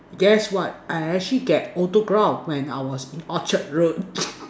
guess what I actually get autograph when I was in Orchard road